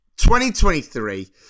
2023